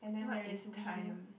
what is time